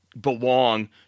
belong